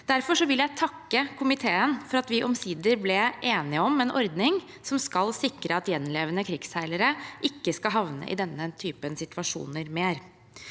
Derfor vil jeg takke komiteen for at vi omsider ble enige om en ordning som skal sikre at gjenlevende krigsseilere ikke skal havne i denne typen situasjoner mer.